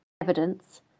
evidence